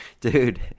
Dude